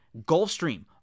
Gulfstream